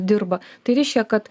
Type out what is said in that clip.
dirba tai reiškia kad